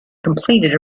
completed